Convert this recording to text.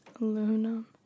aluminum